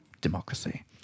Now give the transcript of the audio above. democracy